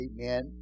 Amen